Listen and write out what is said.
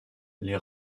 les